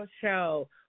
Show